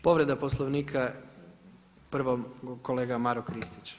Povreda Poslovnika prvo kolega Maro Kristić.